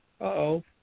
Uh-oh